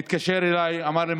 הוא התקשר אליי ואמר לי,